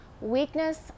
Weakness